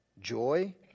joy